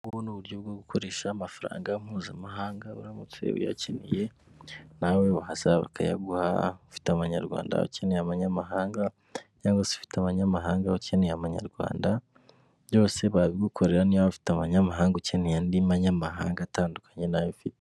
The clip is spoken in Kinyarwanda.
Ubu ngubu ni uburyo bwo gukoresha amafaranga mpuzamahanga uramutse uyakeneye, nawe wayasaba bakayaguha, ufite amanyarwanda ukeneye abanyamahanga cyangwa ufite abanyamahanga ukeneye amanyarwanda, byose babigukorera niyo waba ufite amanyamahanga ukeneye andi manyamahanga atandukanye n'ayo ufite.